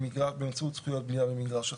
באמצעות זכויות בנייה במגרש אחר.